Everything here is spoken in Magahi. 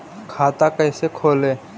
खाता कैसे खोले?